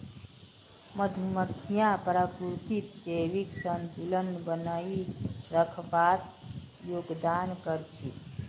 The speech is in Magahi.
मधुमक्खियां प्रकृतित जैविक संतुलन बनइ रखवात योगदान कर छि